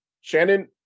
Shannon